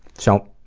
so,